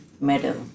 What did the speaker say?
medal